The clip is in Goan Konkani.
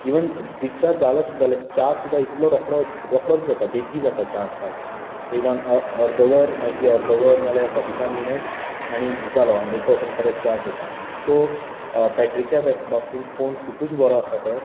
इवन डिसचार्ज जालो सुद्दां जाल्यार चार्ज तुका इतलो रोखडोच रोखडोच जाता बेगीन जाता चार्ज सारको सो इवन अर्द वर मायट बी अर्द वर नाजाल्यार फोर्टी फायव मिनीटस आनी जालो हंडरेड पर्संट चार्ज जाता परत सो बॅटरीच्या बाबतींत फोन खुबच बरो आसा तो